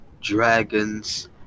dragons